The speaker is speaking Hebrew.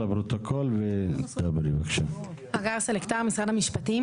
משרד המשפטים.